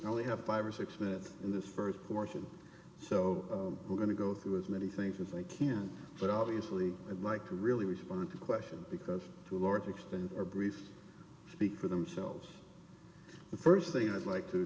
i only have five or six minutes in this st portion so we're going to go through as many things as they can but obviously i'd like to really respond to questions because to a large extent or briefs speak for themselves the st thing i'd like to